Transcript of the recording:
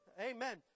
Amen